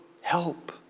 help